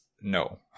no